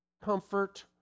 comfort